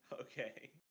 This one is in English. Okay